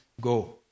go